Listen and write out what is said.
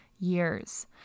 years